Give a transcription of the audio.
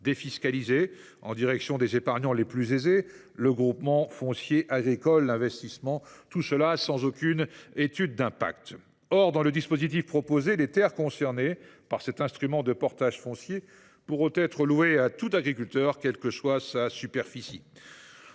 défiscalisé, en faveur des épargnants les plus aisés, le GFAI, et cela sans aucune étude d’impact. Or, dans le dispositif proposé, les terres concernées par cet instrument de portage foncier pourront être louées à tout agriculteur, quelle que soit la superficie